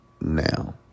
now